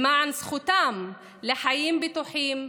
למען זכותם לחיים בטוחים והגונים,